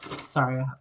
Sorry